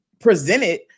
presented